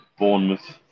Bournemouth